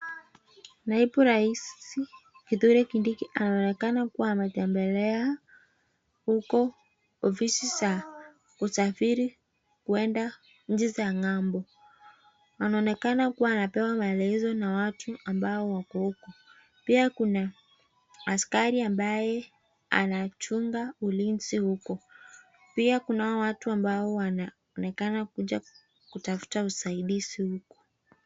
Naibu rais Kidhure Kindiki inaonekana kua ametembelea huko ofisi za kusafiri kuenda nci za ngambo. Inaonekana kua anapewa maelezo na watu ambao wako huko. Pia kuna askari ambaye anachunga ulinzi huko. Pia kunao watu ambao wanaonekana kuja kutafuta usaidizi huku.